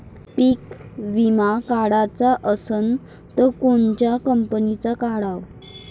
पीक विमा काढाचा असन त कोनत्या कंपनीचा काढाव?